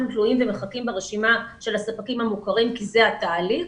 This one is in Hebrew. תלויים ומחכים ברשימה של הספקים המוכרים כי זה התהליך,